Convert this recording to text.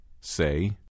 Say